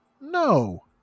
No